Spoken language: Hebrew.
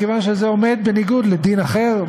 מכיוון שזה עומד בניגוד לדין אחר,